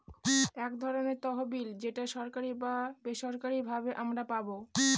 এক ধরনের তহবিল যেটা সরকারি বা বেসরকারি ভাবে আমারা পাবো